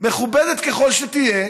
מכובדת ככל שתהיה,